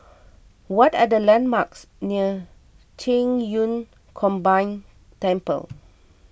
what are the landmarks near Qing Yun Combined Temple